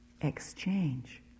exchange